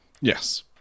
Yes